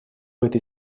этой